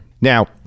Now